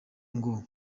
ngo